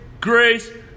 grace